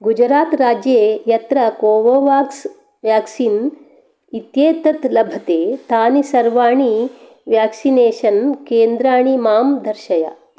गुजरात् राज्ये यत्र Covovax vaccine इत्येतत् लभते तानि सर्वाणि व्याक्सिनेषन् केन्द्राणि मां दर्शय